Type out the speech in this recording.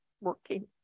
working